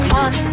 one